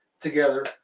together